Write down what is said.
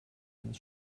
eines